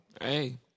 Hey